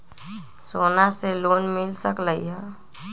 सोना से लोन मिल सकलई ह?